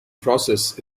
process